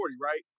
right